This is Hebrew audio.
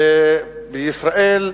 בישראל,